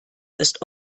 ist